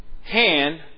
hand